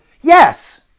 Yes